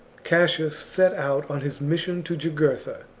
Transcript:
cassius set out on his mission to jugurtha.